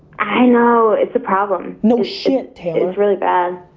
i know, it's a problem. no shit, taylor. it's really bad.